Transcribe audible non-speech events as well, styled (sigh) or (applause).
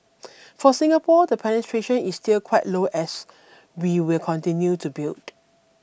(noise) for Singapore the penetration is still quite low as we will continue to build